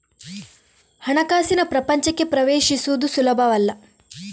ಹಣಕಾಸಿನ ಪ್ರಪಂಚಕ್ಕೆ ಪ್ರವೇಶಿಸುವುದು ಸುಲಭವಲ್ಲ